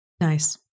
Nice